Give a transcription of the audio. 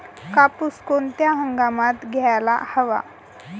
कापूस कोणत्या हंगामात घ्यायला हवा?